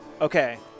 okay